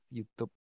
YouTube